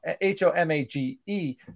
H-O-M-A-G-E